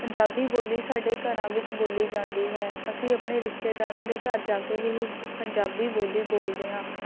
ਪੰਜਾਬੀ ਬੋਲੀ ਸਾਡੇ ਘਰਾਂ ਵਿੱਚ ਬੋਲੀ ਜਾਂਦੀ ਹੈ ਅਸੀਂ ਆਪਣੇ ਰਿਸ਼ਤੇਦਾਰਾਂ ਦੇ ਘਰ ਜਾ ਕੇ ਵੀ ਹੀ ਪੰਜਾਬੀ ਬੋਲੀ ਬੋਲਦੇ ਹਾਂ